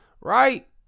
right